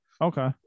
Okay